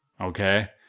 okay